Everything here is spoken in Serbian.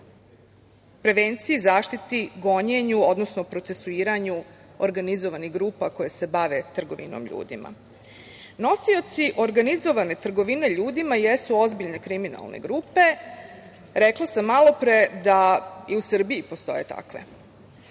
prevenciji, zaštiti, gonjenju, odnosno procesuiranju organizovanih grupa koje se bave trgovinom ljudima. Nosioci organizovane trgovine ljudima jesu ozbiljne kriminalne grupe. Rekla sam malopre da i u Srbiji postoje takve.